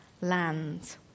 land